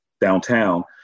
downtown